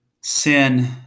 Sin